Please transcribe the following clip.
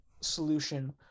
solution